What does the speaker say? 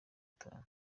itanu